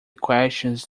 questions